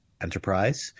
enterprise